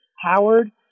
Howard